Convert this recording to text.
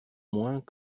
moins